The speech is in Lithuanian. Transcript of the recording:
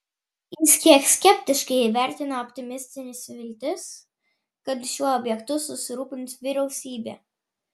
jis kiek skeptiškai įvertino optimistines viltis kad šiuo objektu susirūpins vyriausybė